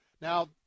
Now